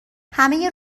همه